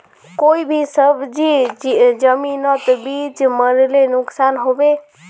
कोई भी सब्जी जमिनोत बीस मरले नुकसान होबे?